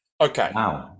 okay